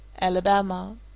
Alabama